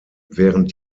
während